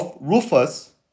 Rufus